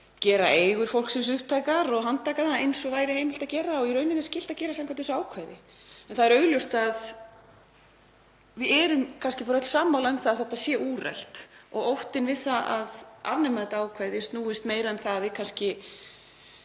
gera eigur fólks upptækar og handtaka það eins og væri heimilt að gera, og í raun skylt að gera, samkvæmt þessu ákvæði. En það er augljóst að við erum kannski öll sammála um að þetta sé úrelt og óttinn við það að afnema þetta ákvæði snúist meira um það að við